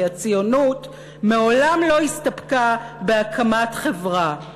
כי הציונות מעולם לא הסתפקה בהקמת חברה,